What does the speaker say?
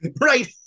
Right